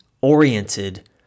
oriented